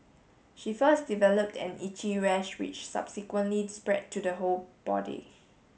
she first developed an itchy rash which subsequently spread to the whole body